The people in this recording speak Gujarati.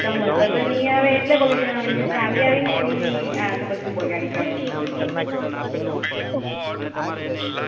તમારે તય તો તો નહીં આવે એટલે બગડી જવાની અહીંયા તો આવી આવીને એની આ તો બધુ બગાડી કાઢવાનો